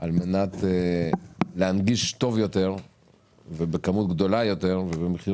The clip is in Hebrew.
על מנת להנגיש בכמות יותר גדולה ובמחיר